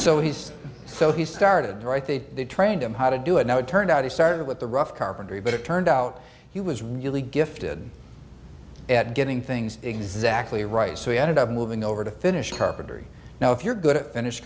so he's so he started right they trained him how to do it now it turned out he started with the rough carpentry but it turned out he was really gifted at getting things exactly right so we ended up moving over to finish carpentry now if you're good at finish